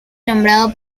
nombrado